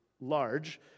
large